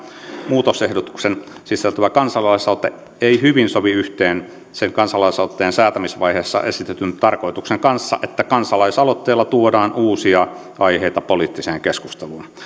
muutosehdotuksen sisältävä kansalaisaloite ei hyvin sovi yhteen sen kansalaisaloitteen säätämisvaiheessa esitetyn tarkoituksen kanssa että kansalaisaloitteella tuodaan uusia aiheita poliittiseen keskusteluun